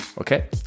Okay